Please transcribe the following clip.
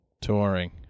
touring